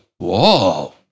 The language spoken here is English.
Whoa